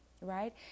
right